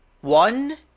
one